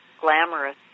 glamorous